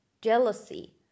jealousy